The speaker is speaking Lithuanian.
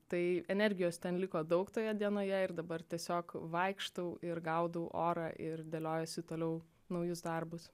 tai energijos ten liko daug toje dienoje ir dabar tiesiog vaikštau ir gaudau orą ir deliojuosi toliau naujus darbus